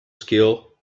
skill